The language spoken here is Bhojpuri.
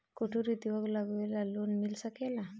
कुटिर उद्योग लगवेला लोन मिल सकेला?